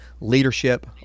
leadership